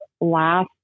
last